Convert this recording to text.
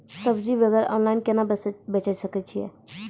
सब्जी वगैरह ऑनलाइन केना बेचे सकय छियै?